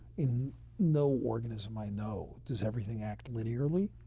in no organism i know does everything act linearly.